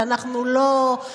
ואנחנו לא,